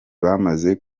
bamaze